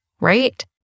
right